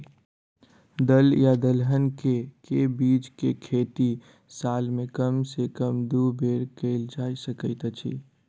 दल या दलहन केँ के बीज केँ खेती साल मे कम सँ कम दु बेर कैल जाय सकैत अछि?